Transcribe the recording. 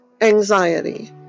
anxiety